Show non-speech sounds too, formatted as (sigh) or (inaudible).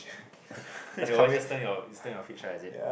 (laughs) you always just turn your is turn your fridge ah is it